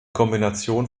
kombination